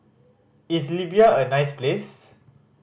is Libya a nice place